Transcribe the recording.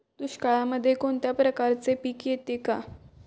दुष्काळामध्ये कोणत्या प्रकारचे पीक येते का?